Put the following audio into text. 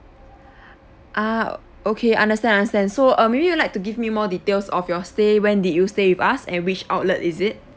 ah okay understand understand so uh maybe you like to give me more details of your stay when did you stay with us and which outlet is it